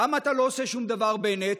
למה אתה לא עושה שום דבר, בנט?